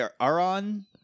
Aaron